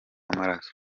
w’amaraso